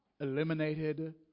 eliminated